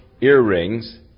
earrings